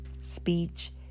speech